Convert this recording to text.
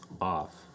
off